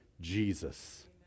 Jesus